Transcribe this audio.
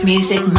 Music